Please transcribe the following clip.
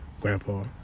Grandpa